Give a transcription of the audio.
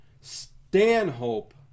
Stanhope